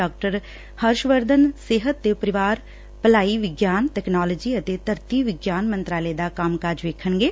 ਡਾ ਹਰਸ਼ਵਰਧਨ ਸਿਹਤ ਤੇ ਪਰਿਵਾਰ ਭਲਾਈ ਵਿਗਿਆਨ ਤਕਨਾਲੋਜੀ ਅਤੇ ਧਰਤੀ ਵਿਗਿਆਨ ਮੰਤਰਾਲੇ ਦਾ ਕੰਮਕਾਜ ਵੇਖਣਗੇ